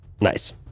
Nice